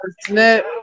snap